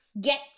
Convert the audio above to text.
get